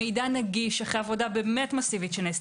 המידע נגיש אחרי עבודה באמת מסיבית שנעשתה,